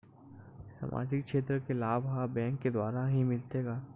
सामाजिक क्षेत्र के लाभ हा बैंक के द्वारा ही मिलथे का?